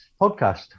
podcast